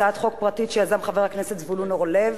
1. הצעת חוק פרטית שיזם חבר הכנסת זבולון אורלב